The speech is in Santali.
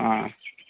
ᱚ